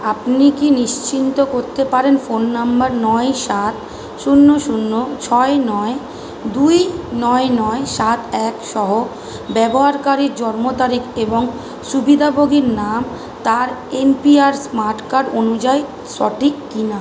আপনি কি নিশ্চিন্ত করতে পারেন ফোন নম্বর নয় সাত শূন্য শূন্য ছয় নয় দুই নয় নয় সাত একসহ ব্যবহারকারীর জন্ম তারিখ এবং সুবিদাভোগীর নাম তার এনপিআর স্মার্ট কার্ড অনুযায়ী সঠিক কিনা